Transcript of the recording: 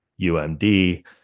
UMD